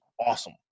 awesome